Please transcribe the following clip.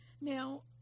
Now